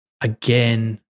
Again